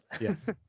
yes